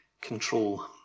control